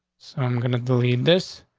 so i'm gonna delete this.